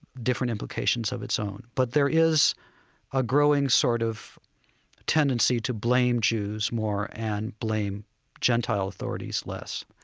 different implications of its own. but there is a growing sort of tendency to blame jews more and blame gentile authorities less.